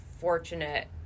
fortunate